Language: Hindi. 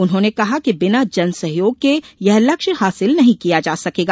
उन्होंने कहा कि बिना जन सहयोग के यह लक्ष्य हासिल नही किया जा सकेगा